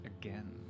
again